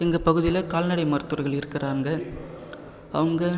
எங்கள் பகுதியில் கால்நடை மருத்துவர்கள் இருக்கிறாங்க அவங்க